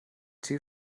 too